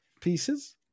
pieces